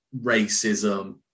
racism